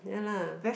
ya lah